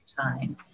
time